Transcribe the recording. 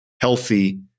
healthy